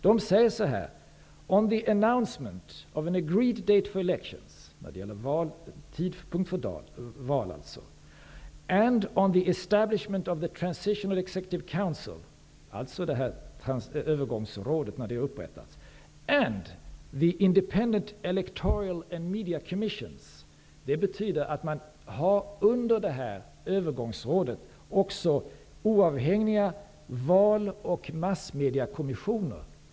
ANC säger exakt så här: -- när det gäller tidpunkt för val, upprättande av övergångsrådet och under detta också oavhängiga val och massmediakommissioner.